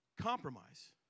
Compromise